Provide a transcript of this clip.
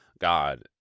God